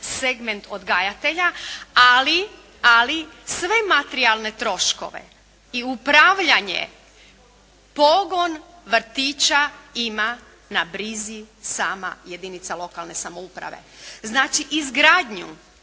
segment odgajatelja, ali sve materijalne troškove i upravljanje pogon vrtića ima na brizi sama jedinica lokalne samouprave. Znači izgradnju,